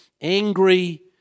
angry